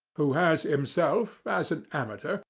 who has himself, as an amateur,